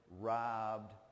robbed